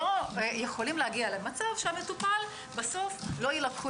לא יכולים להגיע למצב שהמטופל בסופו של דבר לא יילקחו